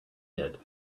did